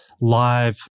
live